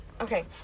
Okay